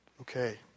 Okay